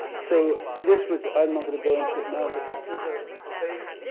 so this was i'm not going to go into it now, but this was a base